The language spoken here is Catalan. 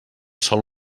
sol